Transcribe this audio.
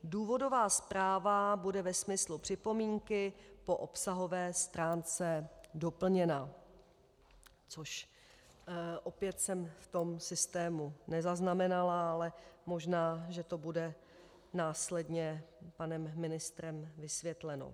Důvodová zpráva bude ve smyslu připomínky po obsahové stránce doplněna, což jsem opět v tom systému nezaznamenala, ale možná že to bude následně panem ministrem vysvětleno.